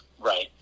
Right